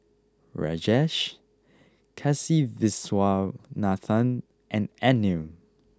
Rajesh Kasiviswanathan and Anil